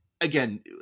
again